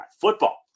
Football